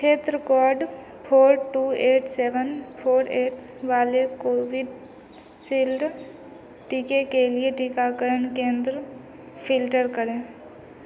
क्षेत्र code four two eight seven four eight वाले Covishield टीके के लिए टीकाकरण केंद्र फ़िल्टर करें